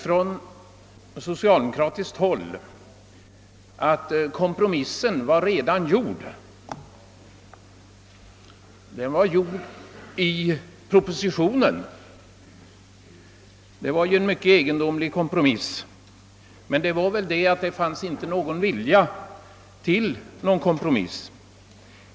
Från socialdemokratiskt håll yttrades att kompromissen redan var gjord, nämligen i propositionen. Det skulle vara en mycket egendomlig kompromiss! Men förhållandet var väl att ingen vilja till kompromiss förelåg.